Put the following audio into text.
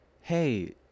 hey